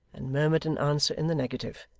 and murmured an answer in the negative,